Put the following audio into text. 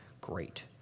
great